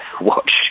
watch